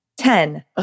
Ten